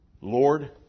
Lord